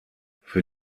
für